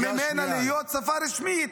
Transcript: -- בשביל למנוע ממנה להיות שפה רשמית.